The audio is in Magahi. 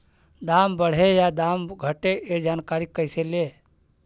दाम बढ़े या दाम घटे ए जानकारी कैसे ले?